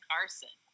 Carson